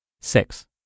Six